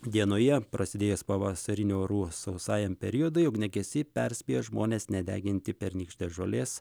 dienoje prasidėjęs pavasarinių orų sausajam periodui ugniagesiai perspėja žmones nedeginti pernykštės žolės